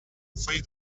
three